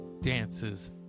Dances